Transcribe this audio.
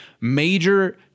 major